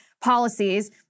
policies